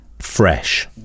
fresh